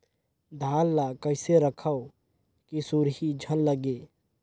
धान ल कइसे रखव कि सुरही झन लगे?